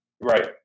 Right